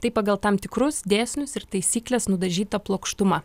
tai pagal tam tikrus dėsnius ir taisykles nudažyta plokštuma